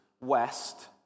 west